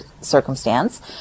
circumstance